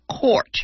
court